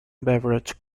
beverage